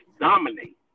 dominate